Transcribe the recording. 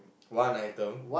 one item